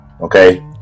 Okay